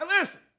Listen